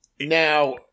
Now